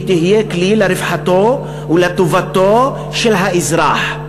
היא תהיה כלי לרווחתו ולטובתו של האזרח.